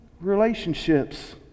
relationships